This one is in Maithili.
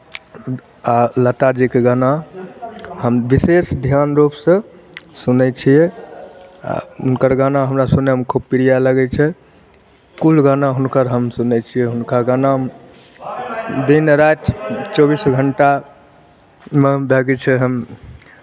आ लताजीके गाना हम विशेष धियान रूपसँ सुनै छियै आ हुनकर गाना हमरा सुनयमे खूब प्रिय लगै छै कुल गाना हुनकर हम सुनै छियै हुनकर गाना हम दिन राति चौबीस घण्टामे बाँकी छै हम